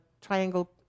Triangle